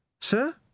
Sir